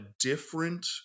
different